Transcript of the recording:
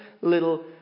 little